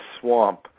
swamp